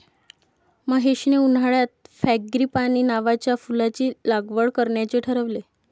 महेशने उन्हाळ्यात फ्रँगीपानी नावाच्या फुलाची लागवड करण्याचे ठरवले